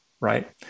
right